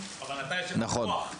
אבל אתה יש לך כוח.